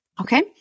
okay